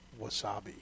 Wasabi